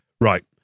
right